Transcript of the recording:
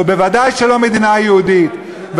ובוודאי שלא מדינה יהודית.